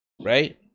Right